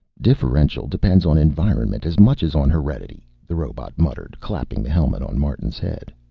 differential depends on environment as much as on heredity, the robot muttered, clapping the helmet on martin's head.